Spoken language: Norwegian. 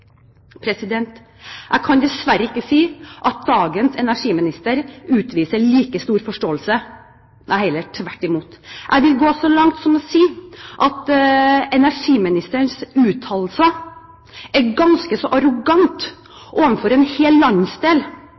Jeg kan dessverre ikke si at dagens energiminister utviser like stor forståelse – heller tvert imot. Jeg vil gå så langt som å si at energiministerens uttalelser er ganske så arrogant overfor en hel landsdel.